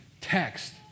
text